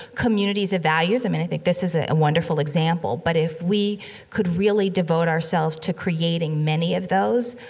communities of values, i mean, i think this is a wonderful example. but if we could really devote ourselves to creating many of those,